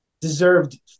deserved